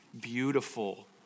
beautiful